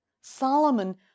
Solomon